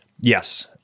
Yes